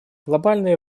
глобальные